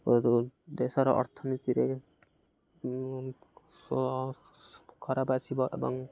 ଓ ଦେଶର ଅର୍ଥନୀତିରେ ଖରାପ ଆସିବ ଏବଂ